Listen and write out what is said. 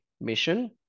mission